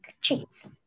treats